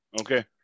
okay